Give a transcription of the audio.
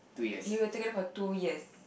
you were together for two years